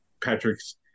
Patrick's